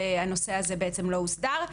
והנושא הזה בעצם לא הוסדר.